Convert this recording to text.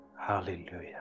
Hallelujah